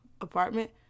apartment